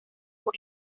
por